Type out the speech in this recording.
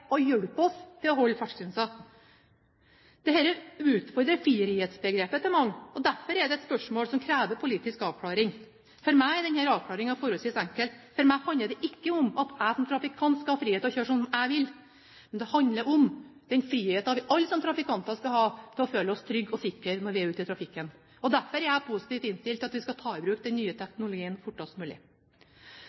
og hjelpe oss til å holde fartsgrensen. Dette utfordrer frihetsbegrepet til mange, og derfor er det et spørsmål som krever politisk avklaring. For meg er denne avklaringen forholdsvis enkel. For meg handler det ikke om at jeg som trafikant skal ha frihet til å kjøre som jeg vil, men det handler om den friheten vi alle som trafikanter skal ha til å føle oss trygge og sikre når vi er ute i trafikken. Derfor er jeg positivt innstilt til at vi skal ta i bruk den nye teknologien fortest mulig.